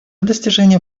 достижения